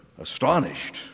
astonished